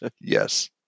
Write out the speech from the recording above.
Yes